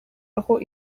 aho